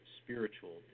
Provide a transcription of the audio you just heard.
spiritual